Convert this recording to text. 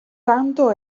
tanto